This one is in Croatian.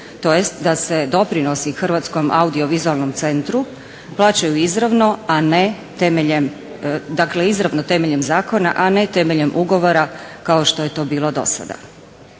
tj. da se doprinosi Hrvatskom audiovizualnom centru plaćaju izravno temeljem zakona, a ne temeljem ugovora kao što je to bilo do sada.